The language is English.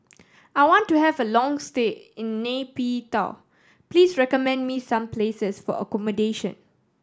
I want to have a long stay in Nay Pyi Taw please recommend me some places for accommodation